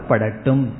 Padatum